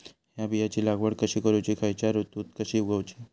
हया बियाची लागवड कशी करूची खैयच्य ऋतुत कशी उगउची?